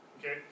Okay